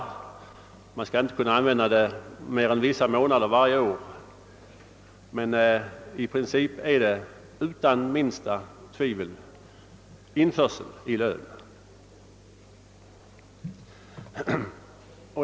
Verkställigheten skall inte kunna ske mer än vissa månader varje år, men i princip är det utan minsta tvivel fråga om införsel i lön.